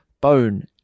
bone